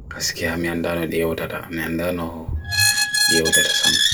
Nabba'en hulaandi ɗuum waɗiɗa dow mbunnde, waɗtani hayre ndarɗaaji.